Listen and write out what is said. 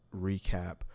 recap